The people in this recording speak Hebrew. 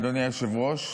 אדוני היושב-ראש,